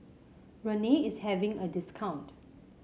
Rene is having a discount